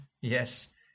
Yes